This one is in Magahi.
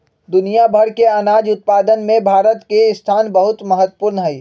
दुनिया भर के अनाज उत्पादन में भारत के स्थान बहुत महत्वपूर्ण हई